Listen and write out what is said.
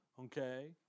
Okay